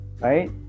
right